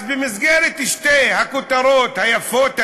אז במסגרת שתי הכותרות היפות האלה,